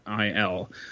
il